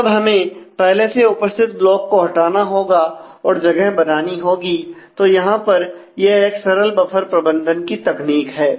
तब हमें पहले से उपस्थित ब्लॉक को हटाना होगा और जगह बनानी होगी तो यहां पर यह एक सरल बफर प्रबंधन की तकनीक है